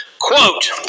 quote